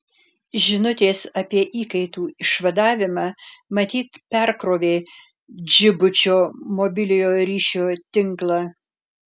žinutės apie įkaitų išvadavimą matyt perkrovė džibučio mobiliojo ryšio tinklą